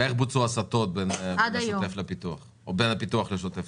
ואיך בוצעו ההסטות בין הפיתוח לשוטף.